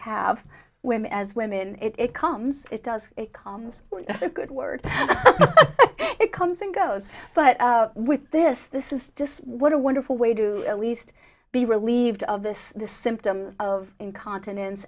have women as women it comes it does it comes good word it comes and goes but with this this is just what a wonderful way to at least be relieved of this symptom of incontinence